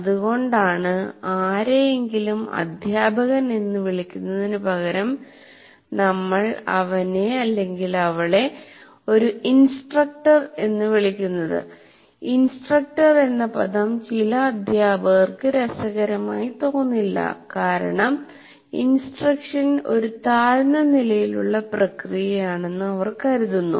അതുകൊണ്ടാണ് ആരെയെങ്കിലും അധ്യാപകൻ എന്ന് വിളിക്കുന്നതിനുപകരംനമ്മൾ അവനെ അവളെ ഒരു ഇൻസ്ട്രക്ടർ എന്ന് വിളിക്കുന്നത് ഇൻസ്ട്രക്ടർ എന്ന പദം ചില അധ്യാപകർക്ക് രസകരമായി തോന്നില്ല കാരണം ഇൻസ്ട്രക്ഷൻ ഒരു താഴ്ന്ന നിലയിലുള്ള പ്രക്രിയയാണെന്ന് അവർ കരുതുന്നു